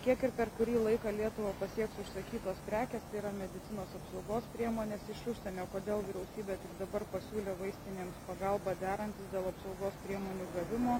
kiek ir per kurį laika lietuvą pasieks užsakytos prekės tai yra medicinos apsaugos priemonės iš užsienio kodėl vyriausybė dabar pasiūlė vaistinėms pagalbą derantis dėl apsaugos priemonių gavimo